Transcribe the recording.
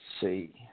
see